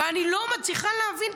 ואני לא מצליחה להבין,